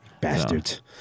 bastards